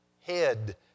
head